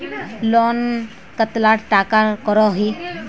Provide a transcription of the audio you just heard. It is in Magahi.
लोन कतला टाका करोही?